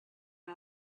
our